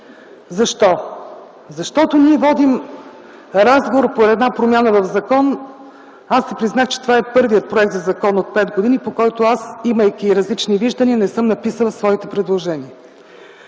Защо? Защото ние водим разговор по една промяна в закона. Аз си признах, че това е първият законопроект от пет години, по който аз, имайки различни виждания, не съм написала своите предложения.